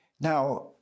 Now